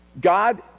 God